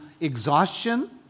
exhaustion